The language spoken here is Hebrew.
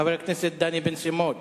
חבר הכנסת דני בן-סימון.